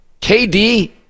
KD